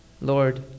Lord